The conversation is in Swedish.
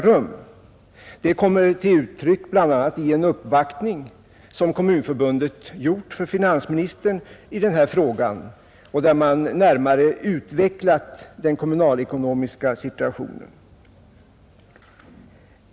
Den uppfattningen kom till uttryck bl.a. i en uppvaktning som Kommunförbundet gjort hos finansministern och där man närmare utvecklade den kommunalekonomiska situationen.